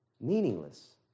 meaningless